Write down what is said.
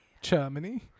Germany